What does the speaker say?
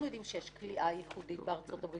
יודעים שיש כליאה ייחודית בארצות-הברית,